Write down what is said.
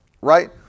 right